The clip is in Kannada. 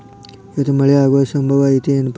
ಇವತ್ತ ಮಳೆ ಆಗು ಸಂಭವ ಐತಿ ಏನಪಾ?